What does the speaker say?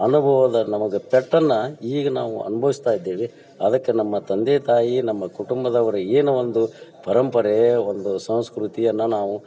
ಅನುಭವದ ನಮಗೆ ಪೆಟ್ಟನ್ನು ಈಗ ನಾವು ಅನ್ಭವ್ಸ್ತಾ ಇದ್ದೇವೆ ಅದಕ್ಕೆ ನಮ್ಮ ತಂದೆ ತಾಯಿ ನಮ್ಮ ಕುಟುಂಬದವ್ರು ಏನು ಒಂದು ಪರಂಪರೆ ಒಂದು ಸಂಸ್ಕೃತಿಯನ್ನು ನಾವು